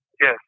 Yes